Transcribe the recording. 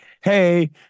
hey